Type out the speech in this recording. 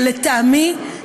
לטעמי,